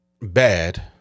bad